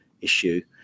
issue